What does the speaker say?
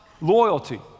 loyalty